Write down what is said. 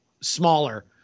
smaller